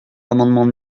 l’amendement